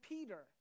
Peter